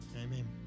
Amen